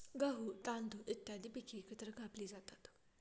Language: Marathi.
गहू, तांदूळ इत्यादी पिके एकत्र कापली जातात